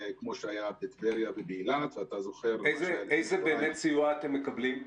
כמו שהיה בטבריה ובאילת --- איזה סיוע אתם מקבלים?